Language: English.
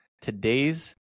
today's